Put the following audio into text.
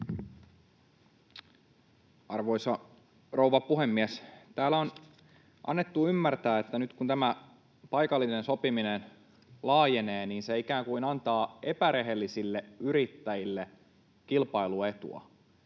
Arvoisa rouva puhemies! Täällä on annettu ymmärtää, että nyt kun tämä paikallinen sopiminen laajenee, niin se ikään kuin antaa epärehellisille yrittäjille kilpailuetua.